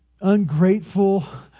ungrateful